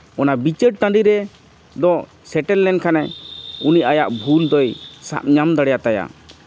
ᱚᱱᱟ ᱵᱤᱪᱟᱹᱨ ᱴᱟᱺᱰᱤᱨᱮ ᱫᱚ ᱥᱮᱴᱮᱨ ᱞᱮᱱᱠᱷᱟᱱᱮ ᱩᱱᱤ ᱟᱭᱟᱜ ᱵᱷᱩᱞ ᱫᱚᱭ ᱥᱟᱵ ᱥᱟᱵ ᱧᱟᱢ ᱫᱟᱲᱮ ᱟᱛᱟᱭᱟ